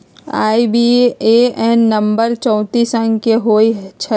IBAN number चौतीस अंक के होइ छइ